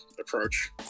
approach